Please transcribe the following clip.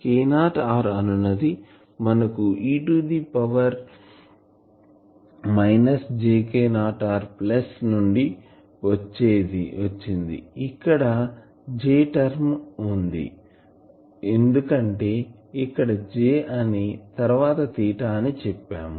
k0 r అనునది మనకు e to the power minus jK0r plus నుండి వచ్చింది ఇక్కడ j టర్మ్ వుంది ఎందుకంటే ఇక్కడ j అని తర్వాత తీటా అని చెప్పాము